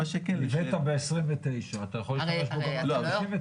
הבאת ב-2029, אתה יכול להשתמש בו גם ב-2059.